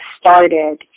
started